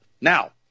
Now